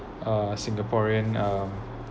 uh singaporean um